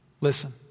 Listen